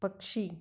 पक्षी